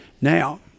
Now